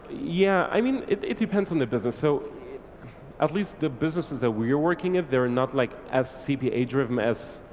yeah i mean it depends on the business. so at least the businesses that we're working with, they're and not like as cpa driven as